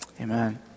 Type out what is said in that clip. Amen